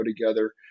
together